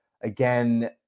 Again